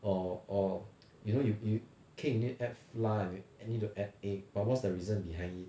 or or you know you you cake you need to add flour and you need to add egg but what's the reason behind it